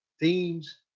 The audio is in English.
themes